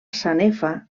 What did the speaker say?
sanefa